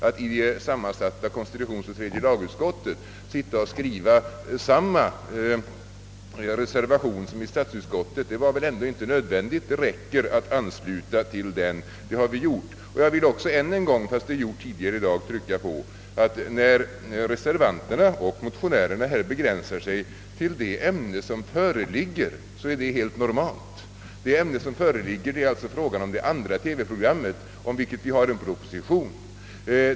Att i det sammansatta konstitutionsoch tredje lagutskottet sitta och skriva samma reservation som i statsutskottet var inte nödvändigt. Det räckte med att hänvisa till denna reservation, vilket vi även har gjort. Fastän så har skett tidigare i dag vill jag ännu en gång trycka på att när reservanterna och motionärerna här begränsar sig till det ämne som föreligger, är detta normalt. Det ämne som föreligger gäller det andra TV-programmet, varom vi har en proposition.